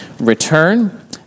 return